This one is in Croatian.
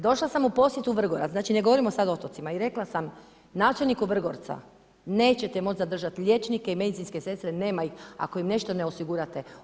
Došla sam u posjet u Vrgorac, znači ne govorimo sad o otocima i rekla sam načelniku Vrgorca nećete moć zadržat liječnike i medicinske sestre, nema ih, ako im nešto ne osigurate.